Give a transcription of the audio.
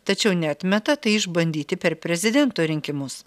tačiau neatmeta tai išbandyti per prezidento rinkimus